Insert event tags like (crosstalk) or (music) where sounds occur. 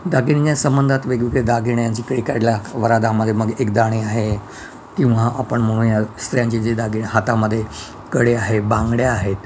दागिन्या संबंधात वेगवेगळे दागिन्यांची (unintelligible) वऱ्हाडामध्ये मग एकदाणी आहे किंवा आपण म्हणूया स्त्रियांचे जे दागिने हातामध्ये कडे आहे बांगड्या आहेत